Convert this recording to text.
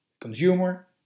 consumer